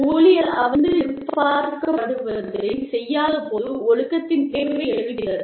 ஊழியர்கள் அவர்களிடமிருந்து எதிர்பார்க்கப்படுவதைச் செய்யாதபோது ஒழுக்கத்தின் தேவை எழுகிறது